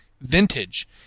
vintage